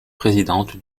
présidente